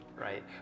right